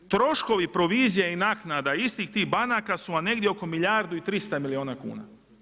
Troškovi provizija i naknada istih tih banaka su vam negdje oko milijardu i 300 milijuna kuna.